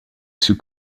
zoek